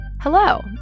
Hello